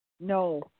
No